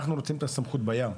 אנחנו רוצים את הסמכות בים,